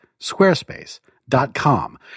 Squarespace.com